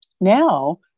now